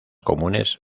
comunes